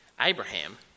Abraham